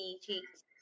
cheeks